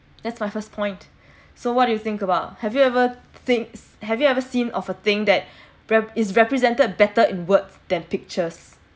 that's my first point so what do you think about have you ever think have you ever seen of a thing that is represented better in word than pictures